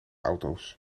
auto’s